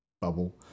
bubble